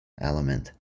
element